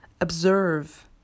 observe